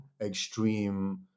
extreme